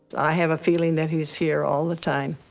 i have a feeling that he is here all the time